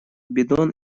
бидон